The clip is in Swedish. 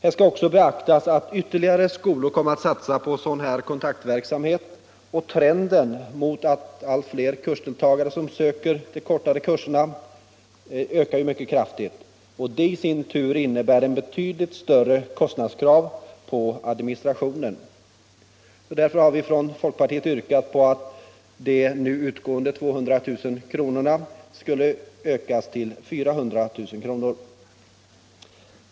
Här skall också beaktas att ytterligare skolor kommer att satsa på en sådan här kontaktverksamhet, och trenden mot att allt fler kursdeltagare söker de kortare kurserna ökar mycket kraftigt. Detta innebär i sin tur ett betydligt större kostnadskrav på administrationen. Därför har vi från folkpartiet yrkat på att de 200 000 kr. som nu utgår skulle ökas till 400 000 kr.